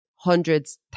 hundreds